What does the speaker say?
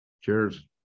cheers